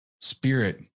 spirit